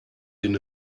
den